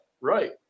Right